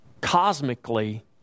cosmically